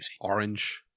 Orange